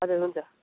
हजुर हुन्छ